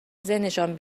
ذهنشان